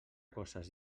coses